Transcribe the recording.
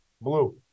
Blue